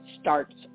starts